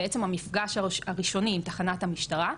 בעצם המפגש הראשוני עם תחנת המשטרה,